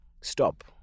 stop